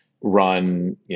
run